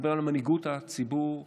ואני מדבר על מנהיגות הציבור הערבי.